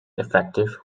effective